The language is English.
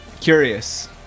curious